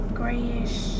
grayish